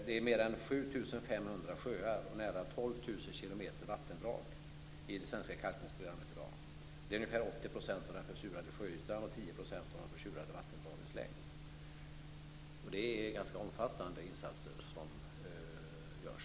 Det är ju mer än 7 500 sjöar och nära 12 000 kilometer vattendrag i det svenska kalkningsprogrammet i dag. Det är ungefär 80 % av den försurade sjöytan och 10 % av de försurade vattendragens längd. Det är alltså ganska omfattande insatser som görs.